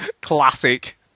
Classic